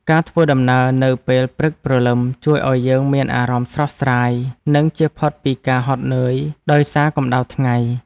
ការធ្វើដំណើរនៅពេលព្រឹកព្រលឹមជួយឱ្យយើងមានអារម្មណ៍ស្រស់ស្រាយ និងជៀសផុតពីការហត់នឿយដោយសារកម្តៅថ្ងៃ។